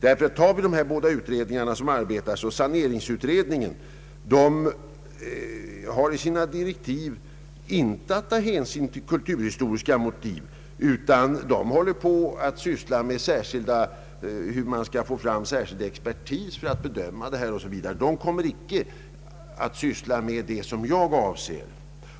Ser vi på de två utredningar som arbetar så finner vi att saneringsutredningen enligt sina direktiv inte behöver ta hänsyn till kulturhistoriska motiv utan har att försöka få fram särskild expertis för bedömande av vissa frågor och därför inte kommer att syssla med de problem jag avser.